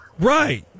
right